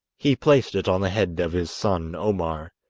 he placed it on the head of his son omar,